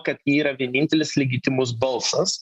kad yra vienintelis legitimus balsas